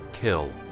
Kill